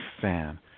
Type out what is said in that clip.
fan